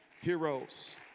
heroes